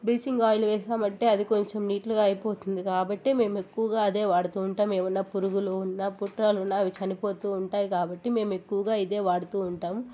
bleaching oil వేశామంటే అది కొంచెం నీట్గా అయిపోతుంది కాబట్టే మేము ఎక్కువగా అదే వాడుతూ ఉంటాం ఏవన్నా పురుగులు ఉన్న పుట్రలు ఉన్న అవి చనిపోతూ ఉంటాయి కాబట్టి మేము ఎక్కువగా ఇదే వాడుతూ ఉంటాం